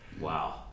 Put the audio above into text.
Wow